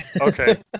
Okay